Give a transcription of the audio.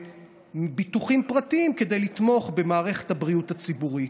ביטוחים פרטיים כדי לתמוך במערכת הבריאות הציבורית,